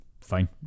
fine